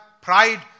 pride